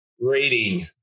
rating